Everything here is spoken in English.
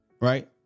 right